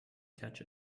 catch